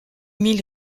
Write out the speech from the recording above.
mille